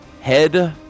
head